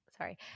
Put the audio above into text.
sorry